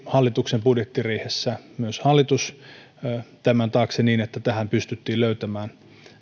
hallituksen budjettiriihessä myös hallitus taivuteltiin tämän taakse niin että tähän pystyttiin löytämään